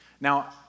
Now